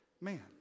man